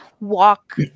walk